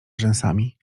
rzęsami